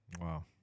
Wow